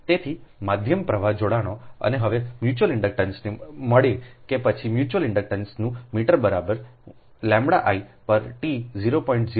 તેથી માધ્યમ પ્રવાહ જોડાણો અમે હવે મ્યુચ્યુઅલ ઇન્ડક્ટન્સનું મળી કે પછી મ્યુચ્યુઅલ ઇન્ડક્ટન્સનું મીટર બરાબર છેλહું પર t 0